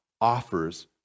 offers